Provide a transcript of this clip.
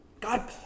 God